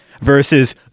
versus